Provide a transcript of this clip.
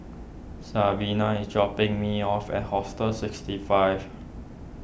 Sabina is dropping me off at Hostel sixty five